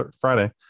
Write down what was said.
Friday